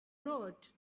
road